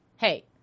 hey